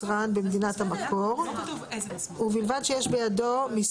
היצרן קובע את הטמפרטורה המוגדרת לצורך שמירה על חיי המדף.